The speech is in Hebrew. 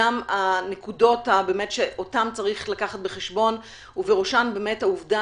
גם הנקודות שאותן צריך לקחת בחשבון ובראשן העובדה